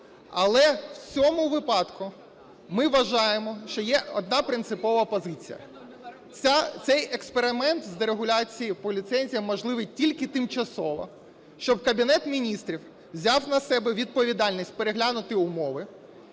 Але в цьому випадку ми вважаємо, що є одна принципова позиція: цей експеримент з дерегуляції по ліцензіям можливий тільки тимчасово, щоб Кабінет Міністрів взяв на себе відповідальність переглянути умови